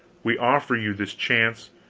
we offer you this chance,